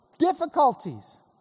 difficulties